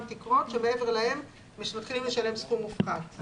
תיקרות שמעבר להן צריכים לשלם סכום מופחת.